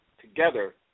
together